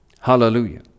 Hallelujah